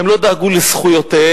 הם לא דאגו לזכויותיהם,